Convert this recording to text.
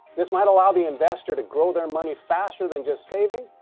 this might allow the investor to grow their money faster than just saving.